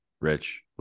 Rich